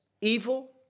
evil